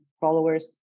followers